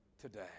today